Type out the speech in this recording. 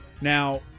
now